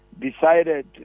decided